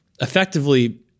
effectively